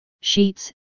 Sheets